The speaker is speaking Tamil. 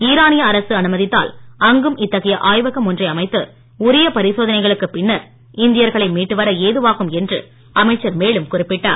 ஈரானிய அரசு அனுமதித்தால் அங்கும் இத்தகைய ஆய்வகம் ஒன்றை அமைத்து உரிய பரிசோதனைகளுக்கு பின்னர் இந்தியர்களை மீட்டு வர ஏதுவாகும் என்று அமைச்சர்மேலும் குறிப்பிட்டார்